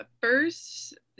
First